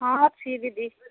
ହଁ ଅଛି ଦିଦି